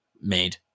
made